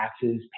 taxes